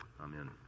Amen